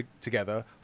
together